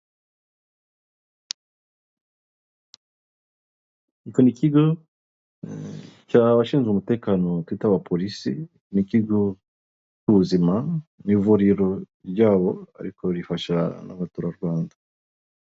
Ikigo cyaho abashinzwe umutekano bitwa aba polisi, ni ikigo cy'ubuzima n'ivuriro ryabo ariko rifasha abatura Rwanda.